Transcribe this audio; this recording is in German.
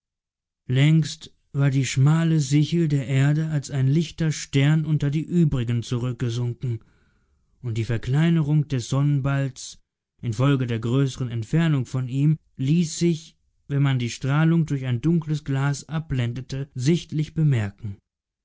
längst war die schmale sichel der erde als ein lichter stern unter die übrigen zurückgesunken und die verkleinerung des sonnenballs infolge der größeren entfernung von ihm ließ sich wenn man die strahlung durch ein dunkles glas abblendete sichtlich bemerken